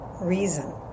reason